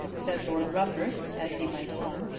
said lord rufford, as he went home.